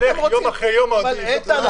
ילך יום אחרי יום --- אבל איתן,